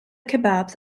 kebabs